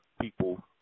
people